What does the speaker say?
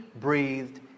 breathed